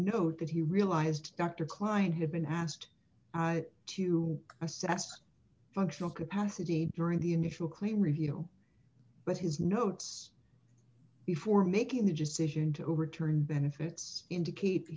node that he realized dr klein had been asked to assess functional capacity during the initial clean review but his notes before making the decision to return benefits indicate